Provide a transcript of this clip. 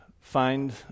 Find